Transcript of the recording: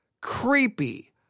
creepy